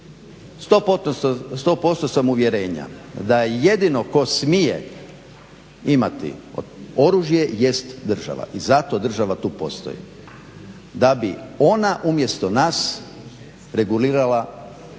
posto sam uvjerenja da jedino tko smije imati oružje jest država i zato država tu postoji da bi ona umjesto nas regulirala tu vrstu